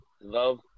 love